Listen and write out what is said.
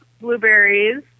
blueberries